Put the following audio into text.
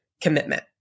commitment